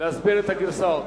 להסביר את הגרסאות.